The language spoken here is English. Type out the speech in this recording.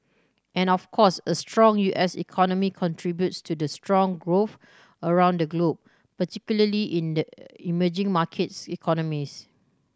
and of course a strong U S economy contributes to strong growth around the globe particularly in the emerging markets economies